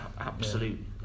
absolute